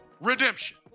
Redemption